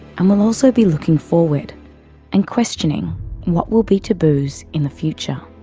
and we'll also be looking forward and questioning what will be taboos in the future.